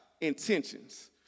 intentions